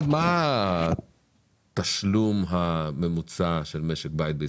מה התשלום הממוצע בחודש של משק בית?